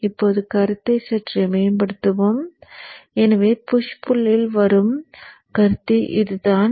இப்போது கருத்தை சற்று மேம்படுத்துவோம் எனவே புஷ் புல்லில் வரும் கருத்து இதுதான்